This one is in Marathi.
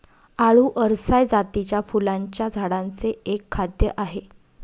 आळु अरसाय जातीच्या फुलांच्या झाडांचे एक खाद्य आहे